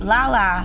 Lala